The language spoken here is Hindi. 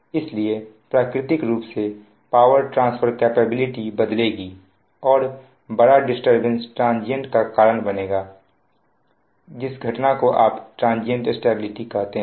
इसलिए प्राकृतिक रूप से पावर ट्रांसफर कैपेबिलिटी बदलेगी और बड़ा डिस्टरबेंस ट्रांजियंट का कारण बनेगा जिस घटना को आप ट्रांजियंट स्टेबिलिटी कहते हैं